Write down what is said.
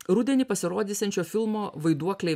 rudenį pasirodysiančio filmo vaiduokliai